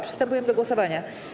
Przystępujemy do głosowania.